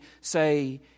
say